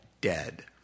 dead